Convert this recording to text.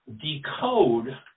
decode